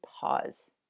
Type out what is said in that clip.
pause